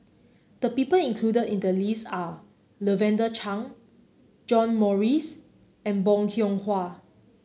the people included in the list are Lavender Chang John Morrice and Bong Hiong Hwa